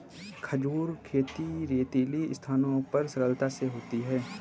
खजूर खेती रेतीली स्थानों पर सरलता से होती है